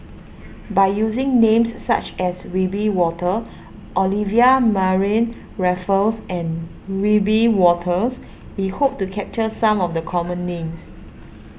by using names such as Wiebe Wolters Olivia Mariamne Raffles and Wiebe Wolters we hope to capture some of the common names